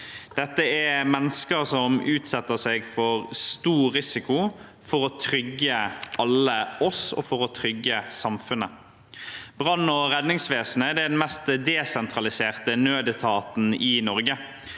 Dette er mennesker som utsetter seg for stor risiko for å trygge oss alle og samfunnet. Brann- og redningsvesenet er den mest desentraliserte nødetaten i Norge.